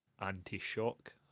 anti-shock